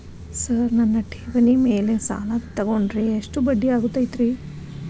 Sir ನನ್ನ ಠೇವಣಿ ಮೇಲೆ ಸಾಲ ತಗೊಂಡ್ರೆ ಎಷ್ಟು ಬಡ್ಡಿ ಆಗತೈತ್ರಿ?